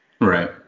Right